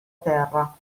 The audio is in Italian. terra